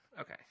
Okay